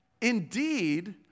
Indeed